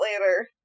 later